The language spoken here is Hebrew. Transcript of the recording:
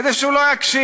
כדי שהוא לא יקשיב.